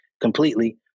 completely